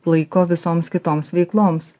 laiko visoms kitoms veikloms